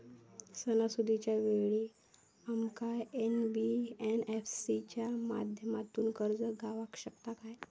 सणासुदीच्या वेळा आमका एन.बी.एफ.सी च्या माध्यमातून कर्ज गावात शकता काय?